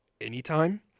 anytime